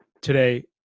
today